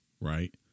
right